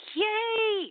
yay